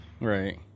Right